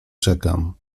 czekam